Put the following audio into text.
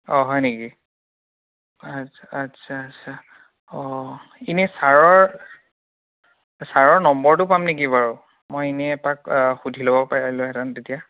অঁ হয় নেকি আচ্ছা আচ্ছা আচ্ছা অঁ এনে ছাৰৰ ছাৰৰ নম্বৰটো পাম নেকি বাৰু মই এনে এপাক সুধি ল'ব পাৰিলোঁহেতেন তেতিয়া